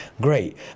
Great